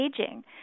aging